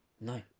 No